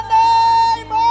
name